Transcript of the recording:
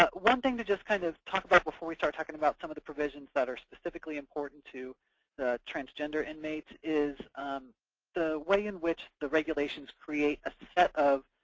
but one thing to just kind of talk about before we start talking about some of the provisions that are specifically important to the transgender inmates is the way in which the regulations create a set of